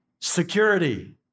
security